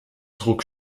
druck